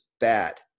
bad